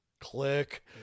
click